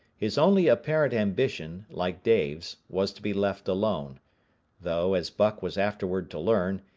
his only apparent ambition, like dave's, was to be left alone though, as buck was afterward to learn,